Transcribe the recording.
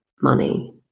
money